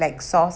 okay